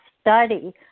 study